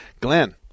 Glenn